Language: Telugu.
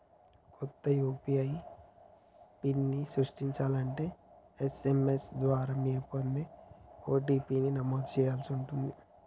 కొత్త యూ.పీ.ఐ పిన్ని సృష్టించాలంటే ఎస్.ఎం.ఎస్ ద్వారా మీరు పొందే ఓ.టీ.పీ ని నమోదు చేయాల్సి ఉంటాది